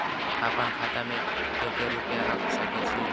आपन खाता में केते रूपया रख सके छी?